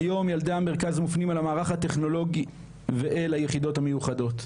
כיום ילדי המרכז מופנים אל המערך הטכנולוגי ואל היחידות המיוחדות.